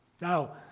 Now